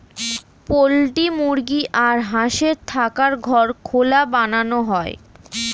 poultry মুরগি আর হাঁসের থাকার ঘর খোলা বানানো হয়